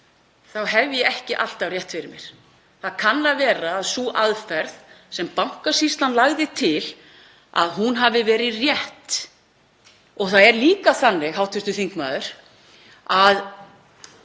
þá hef ég ekki alltaf rétt fyrir mér. Það kann að vera að sú aðferð sem Bankasýslan lagði til, að hún hafi verið rétt. Það er líka þannig, hv. þingmaður, að